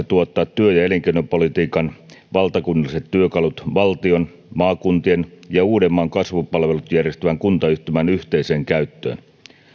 tuottaa työ ja elinkeinopolitiikan valtakunnalliset työkalut valtion maakuntien ja uudenmaan kasvupalvelut järjestävän kuntayhtymän yhteiseen käyttöön